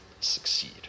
succeed